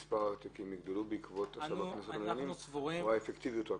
האם אתם צופים שמספר התיקים יגדל בעקבות --- או שרק האפקטיביות תגדל?